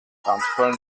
brandfall